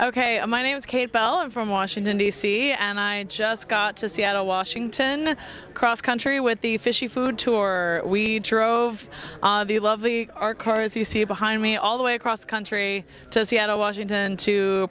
ok my name is kate bell i'm from washington d c and i just got to seattle washington cross country with the fishy food tour we drove on the lovely our cars you see behind me all the way across the country to seattle washington to